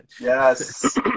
Yes